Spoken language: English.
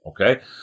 Okay